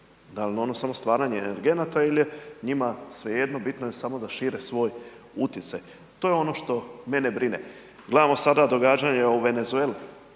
Dal' je ono samo stvaranje energenata ili je njima svejedno? Bitno je samo da šire svoj utjecaj, to je ono što mene brine. Gledamo sada događanja u Venezueli.